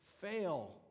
fail